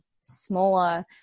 smaller